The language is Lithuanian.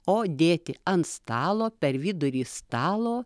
o dėti ant stalo per vidurį stalo